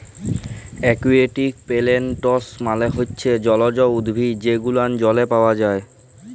aquatic plants মালে হচ্যে জলজ উদ্ভিদ যে গুলান জলে পাওয়া যায়